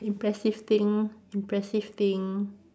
impressive thing impressive thing